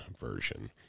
version